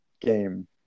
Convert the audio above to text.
game